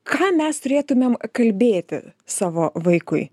ką mes turėtumėm kalbėti savo vaikui